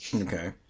Okay